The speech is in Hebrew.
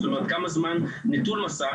זאת אומרת, כמה זמן נטול מסך.